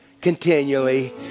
continually